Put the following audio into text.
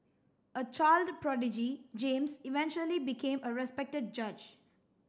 a child prodigy James eventually became a respected judge